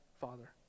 father